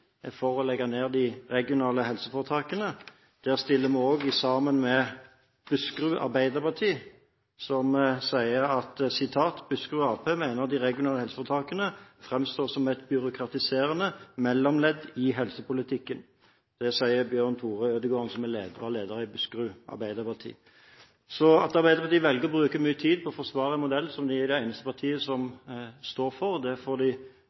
for å legge ned de regionale helseforetakene. Der stiller vi også sammen med Buskerud Arbeiderparti, som sier at «Buskerud Ap mener de regionale helseforetakene framstår som et byråkratiserende mellomledd i helsepolitikken». Det sier Bjørn Tore Ødegården, som er leder i Buskerud Arbeiderparti. At Arbeiderpartiet velger å bruke mye tid på å forsvare en modell som de er det eneste partiet som står for, får de